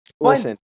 listen